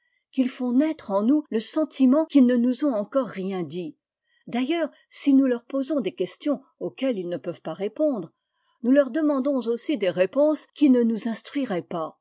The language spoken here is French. qu'ils font naître en nous le sentiment qu'ils ne nous ont encore rien dit d'ailleurs si nous leur posons des questions auxquelles us ne peuvent pas répondre nous leur demandons aussi des réponses qui ne nous instruiraient pas